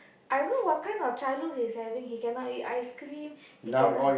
I know what kind of childhood he is having he cannot eat ice cream he cannot